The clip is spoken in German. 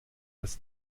das